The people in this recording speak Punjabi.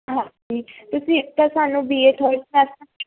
ਹਾਂਜੀ ਤੁਸੀਂ ਇੱਕ ਤਾਂ ਸਾਨੂੰ B A third semester the